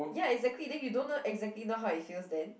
ya exactly then you don't know exactly know how it feels then